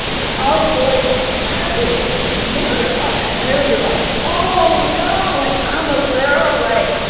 and all the boys in his class were just mortified. they were just like, oh, no, like, i'm a girl, like